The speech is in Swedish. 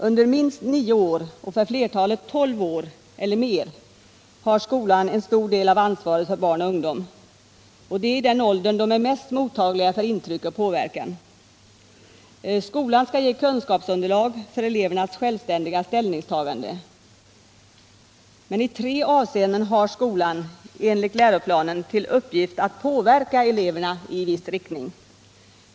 Under minst nio år, för flertalet tolv år eller mer, har skolan en stor del av ansvaret för barn och ungdom, och det är i den åldern de är mest mottagliga för intryck och påverkan. Skolan skall ge kunskapsunderlag för elevernas självständiga ställningstaganden. Men i tre avseenden har skolan enligt läroplanen till uppgift att påverka eleverna i viss riktning.